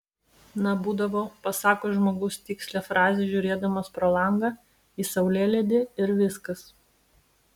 na būdavo pasako žmogus tikslią frazę žiūrėdamas pro langą į saulėlydį ir viskas